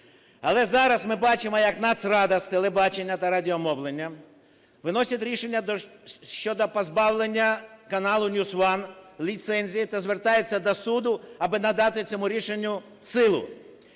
Але зараз ми бачимо як Нацрада з телебачення та радіомовлення виносить рішення щодо позбавлення каналу NewsOne ліцензії та звертається до суду аби надати цьому рішенню силу.